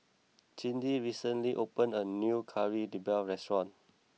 Cindi recently opened a new Kari Debal restaurant